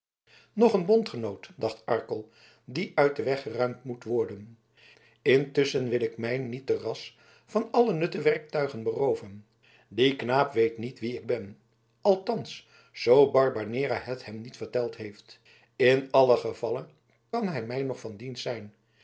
nog een bondgenoot dacht arkel die uit den weg geruimd moet worden intusschen wil ik mij niet te ras van alle nutte werktuigen berooven die knaap weet niet wie ik ben althans zoo barbanera het hem niet verteld heeft in allen gevalle kan hij mij nog van dienst zijn